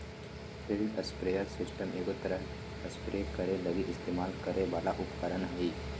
field sprayer system एगो तरह spray करे लगी इस्तेमाल करे वाला उपकरण हइ